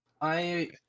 I-